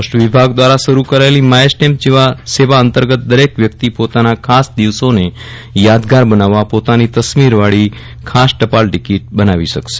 post વિભાગ દ્વારા શરૂ કરાયેલી માય સ્ટેમ્પ સેવા અંતર્ગત દરેક વ્યક્તિ પોતાના ખાસ દિવસોને યાદગાર બનાવા પોતાની તસવીર વાળી ખાસ ટપાલ ટિકિટ બનાવી શકશે